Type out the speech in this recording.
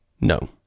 No